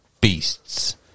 beasts